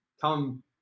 come